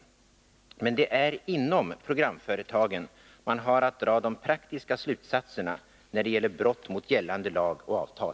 Men det är inom programföretagen man har att dra de praktiska slutsatserna när det gäller brott mot gällande lag och avtal.